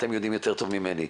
אתם יודעים טוב ממני.